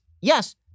yes